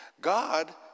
God